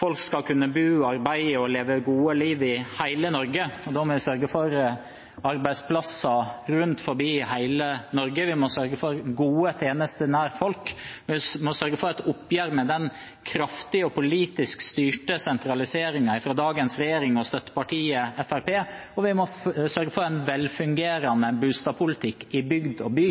folk skal kunne bo, arbeide og leve et godt liv i hele Norge. Da må vi sørge for arbeidsplasser rundt omkring i hele Norge, vi må sørge for gode tjenester nær folk, vi må sørge for et oppgjør med den kraftige og politisk styrte sentraliseringen til dagens regjering og støttepartiet Fremskrittspartiet, og vi må sørge for en velfungerende boligpolitikk i bygd og by.